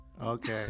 Okay